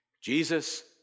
Jesus